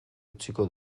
utziko